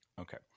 Okay